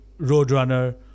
Roadrunner